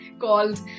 called